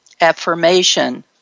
Affirmation